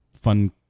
fun